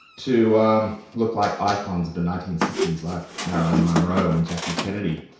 to um look like icons of the nineteen sixty s, like marilyn monroe and jackie kennedy.